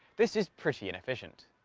this is pretty inefficient.